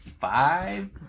Five